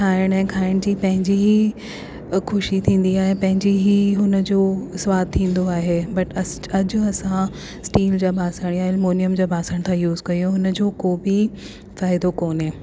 ठाइण ऐं खाइण जी पंहिंजी ई ख़ुशी थींदी आहे पंहिंजी ही हुन जो सवादु थींदो आहे बट अॼु असां स्टील जा बासण या एल्युमियम जा बासण यूस कयूं हुन जो को बि फ़ाइदो कोन्हे